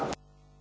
Hvala